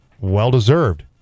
Well-deserved